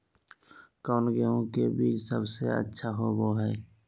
कौन गेंहू के बीज सबेसे अच्छा होबो हाय?